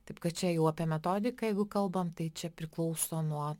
taip kad čia jau apie metodiką jeigu kalbam tai čia priklauso nuo